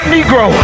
Negro